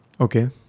Okay